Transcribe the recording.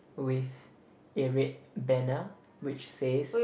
with a red banner which says